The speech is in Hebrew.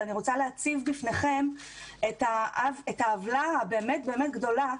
ואני רוצה להציב בפניכם את העוולה באמת באמת גדולה,